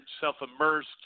self-immersed